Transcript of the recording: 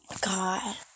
god